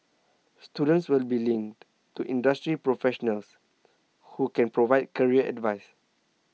students will be linked to industry professionals who can provide career advice